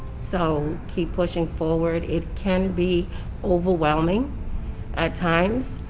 so keep pushing forward it can be overwhelming at times,